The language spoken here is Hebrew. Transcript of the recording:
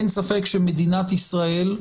אין ספק שמדינת ישראל,